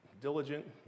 diligent